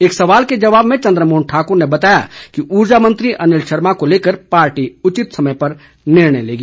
एक सवाल के जवाब में चन्द्रमोहन ठाक्र ने बताया कि ऊर्जा मंत्री अनिल शर्मा को लेकर पार्टी उचित समय पर निर्णय लेगी